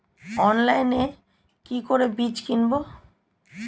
অনলাইনে কি করে বীজ কিনব?